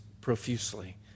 profusely